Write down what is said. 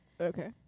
Okay